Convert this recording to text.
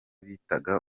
bitaga